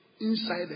inside